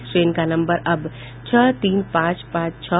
इस ट्रेन का नम्बर अब छह तीन तीन पांच छह